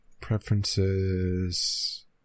preferences